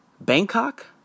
Bangkok